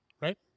right